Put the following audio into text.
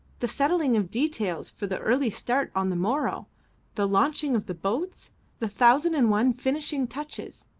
the settling of details for the early start on the morrow the launching of the boats the thousand and one finishing touches.